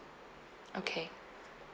okay